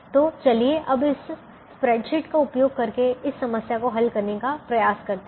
तो चलिए अब इस स्प्रेडशीट का उपयोग करके इस समस्या को हल करने का प्रयास करते हैं